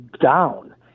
down